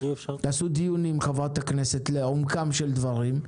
תקיימו דיון עם חברת הכנסת לעומקם של דברים,